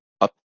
up